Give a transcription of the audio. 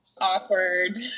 awkward